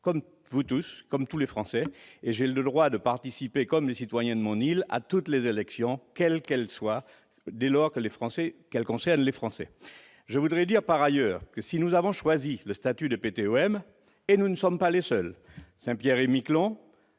comme vous tous, et, comme tous les Français, j'ai le droit de participer, de même que les citoyens de mon île, à toutes les élections, quelles qu'elles soient, dès lors que celles-ci concernent les Français. Nous avons choisi le statut de PTOM, et nous ne sommes pas les seuls ; Saint-Pierre-et-Miquelon,